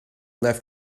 left